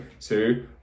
two